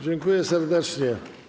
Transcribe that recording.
Dziękuję serdecznie.